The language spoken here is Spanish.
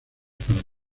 para